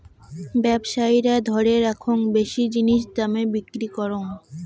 ব্যবসায়ীরা ধরে রাখ্যাং জিনিস বেশি দামে বিক্রি করং